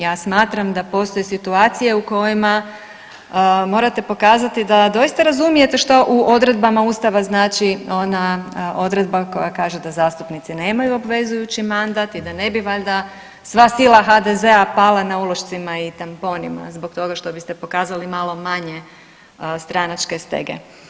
Ja smatram da postoje situacije u kojima morate pokazati da doista razumijete što u odredbama Ustava znači ona odredba koja kaže da zastupnici nemaju obvezujući mandat i da ne bi valjda sva sila HDZ-a pala na ulošcima i tamponima zbog toga što biste pokazali malo manje stranačke stege.